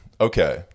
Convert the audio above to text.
Okay